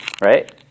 right